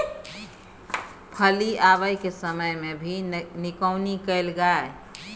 फली आबय के समय मे भी निकौनी कैल गाय?